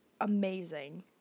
amazing